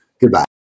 Goodbye